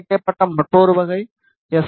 இணைக்கப்பட்ட மற்றொரு வகை எஸ்